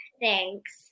Thanks